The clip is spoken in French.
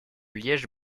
liège